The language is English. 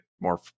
more